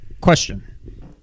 question